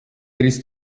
ist